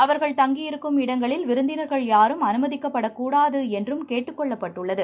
அவர்கள் தங்கியிருக்கும் இடங்களில் விருந்தினர்கள் யாரும் அனுமதிக்கப்படக் கூடாது என்றும் கேட்டுக் கொள்ளப்பட்டுள்ளது